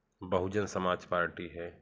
बहुजन Samaj Party है